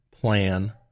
plan